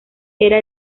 era